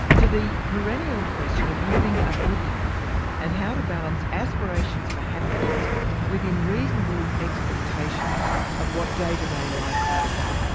to the perennial question of living a good life and how to balance aspirations for happiness within reasonable expectations of what day-to-day life throws up,